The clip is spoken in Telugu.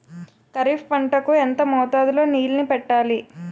ఖరిఫ్ పంట కు ఎంత మోతాదులో నీళ్ళని పెట్టాలి?